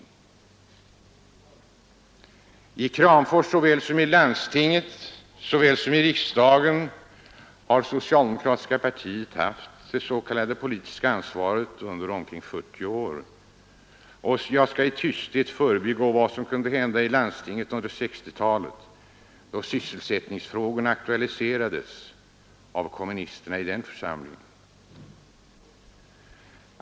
Såväl i Kramfors som i det aktuella landstinget och i riksdagen har socialdemokraterna haft det s.k. politiska ansvaret under omkring 40 år. Jag skall i tysthet förbigå vad som kunde hända i landstinget under 1960-talet, då sysselsättningsfrågorna aktualiserades av kommunisterna i den församlingen.